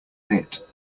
knit